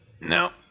no